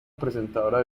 presentadora